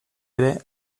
ere